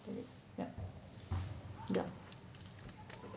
ya yup